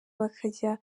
bakajya